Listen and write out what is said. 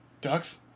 Ducks